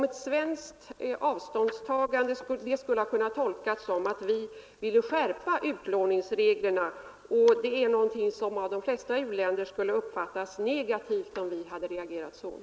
Ett svenskt avståndstagande skulle ha kunnat tolkas så, att vi vill skärpa utlåningsreglerna. Om vi hade reagerat så skulle det ha uppfattats som negativt av de flesta u-länder.